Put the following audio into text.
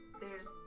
there's-